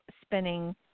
spinning